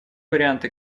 варианты